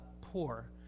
poor